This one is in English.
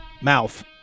mouth